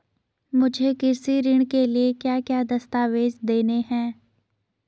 मुझे कृषि ऋण के लिए क्या क्या दस्तावेज़ देने हैं?